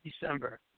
December